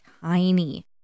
tiny